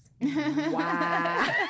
Wow